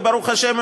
וברוך השם,